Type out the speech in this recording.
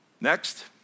Next